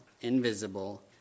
invisible